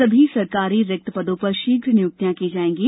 सभी शासकीय रिक्त पदों पर शीघ्र नियुक्तियां की जाएंगी